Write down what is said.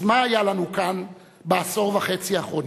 אז מה היה לנו כאן בעשור וחצי האחרונים?